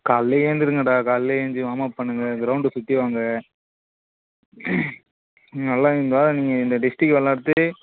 காலைலியே எந்துருங்கடா காலைலே எஞ்சி வாம்அப் பண்ணுங்க கிரௌண்டை சுற்றி வாங்க நல்லாயிருந்தா நீங்கள் இந்த டிஸ்ட்ரிக்ட் விளாடுது